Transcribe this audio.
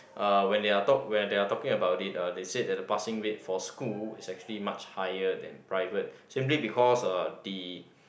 uh when they are talk when they are talking about it uh they said that the passing rate for school is actually much higher than private simply because uh the